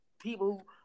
people